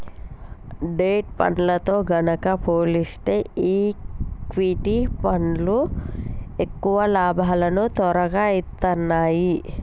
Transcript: debt ఫండ్లతో గనక పోలిస్తే ఈక్విటీ ఫండ్లు ఎక్కువ లాభాలను తొరగా ఇత్తన్నాయి